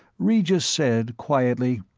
regis said quietly,